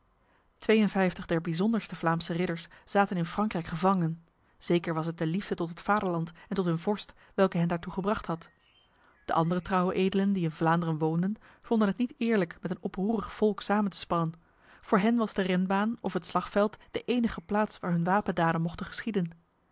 tweeënvijftig der bijzonderste vlaamse ridders zaten in frankrijk gevangen zeker was het de liefde tot het vaderland en tot hun vorst welke hen daartoe gebracht had de andere trouwe edelen die in vlaanderen woonden vonden het niet eerlijk met een oproerig volk samen te spannen voor hen was de renbaan of het slagveld de enige plaats waar hun wapendaden mochten geschieden